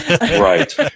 Right